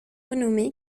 renommé